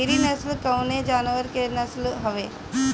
गिरी नश्ल कवने जानवर के नस्ल हयुवे?